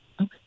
Okay